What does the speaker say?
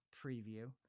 preview